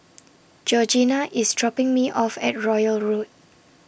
Georgina IS dropping Me off At Royal Road